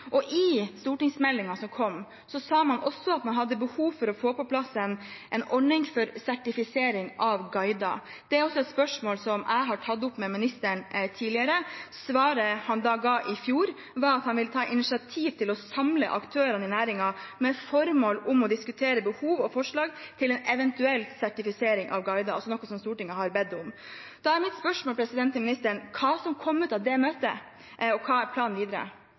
I stortingsmeldingen som kom, sa man også at man hadde behov for å få på plass en ordning for sertifisering av guider. Det er også et spørsmål jeg har tatt opp med ministeren tidligere. Svaret han ga i fjor, var at han ville ta initiativ til å samle aktørene i næringen med det formål å diskutere behov og forslag til en eventuell sertifisering av guider – altså noe Stortinget har bedt om. Da er mitt spørsmål til ministeren: Hva kom ut av det møtet, og hva er planen videre?